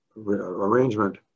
arrangement